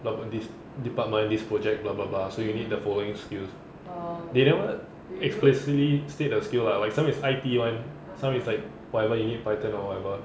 um this department this project blah blah blah so you need the following skills they never explicitly state the skill lah like some is I_T [one] some is like like whatever you need python or whatever